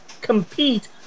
compete